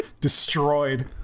destroyed